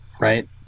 right